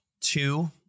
two